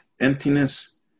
emptiness